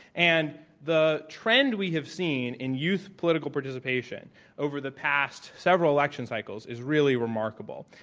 and the trend we have seen in youth political participation over the past several election cycles is really remarkable.